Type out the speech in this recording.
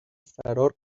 فرار